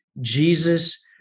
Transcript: Jesus